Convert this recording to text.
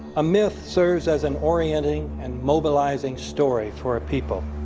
a myth serves as an orienting and mobilizing story for a people.